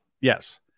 Yes